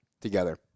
together